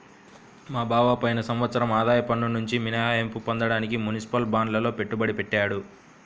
మా బావ పోయిన సంవత్సరం ఆదాయ పన్నునుంచి మినహాయింపు పొందడానికి మునిసిపల్ బాండ్లల్లో పెట్టుబడి పెట్టాడు